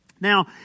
Now